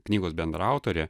knygos bendraautorė